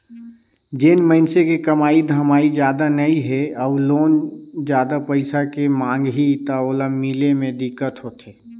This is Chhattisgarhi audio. जेन मइनसे के कमाई धमाई जादा नइ हे अउ लोन जादा पइसा के मांग ही त ओला मिले मे दिक्कत होथे